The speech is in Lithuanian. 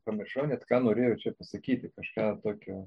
pamiršau net ką norėjau čia pasakyti kažką tokio